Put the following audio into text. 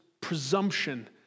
presumption